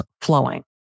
flowing